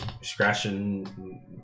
scratching